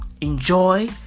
Enjoy